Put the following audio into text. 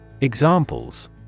Examples